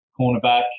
cornerback